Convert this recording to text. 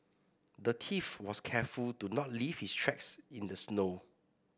the thief was careful to not leave his tracks in the snow